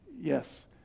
Yes